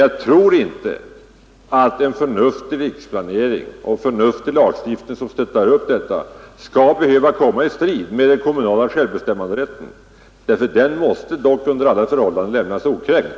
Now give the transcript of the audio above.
Jag tror emellertid inte att en förnuftig riksplanering och en förnuftig lagstiftning, som kan bära upp denna planering, skall behöva komma i strid med den kommunala självbestämmanderätten, som under alla förhållanden måste lämnas okränkt.